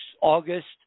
August